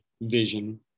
vision